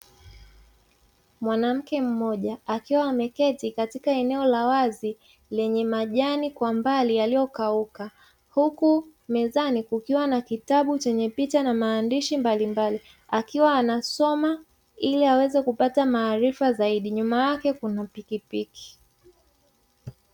Mwanamke mmoja akiwa ameketi katika eneo la wazi lenye majani kwa mbali yaliyokauka, huku mezani kukiwa na kitabu chenye picha na maandishi mbalimbali akiwa anasoma ili aweze kupata maarifa zaidi, nyuma yake kuna pikipiki.